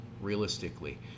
realistically